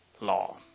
law